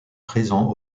présent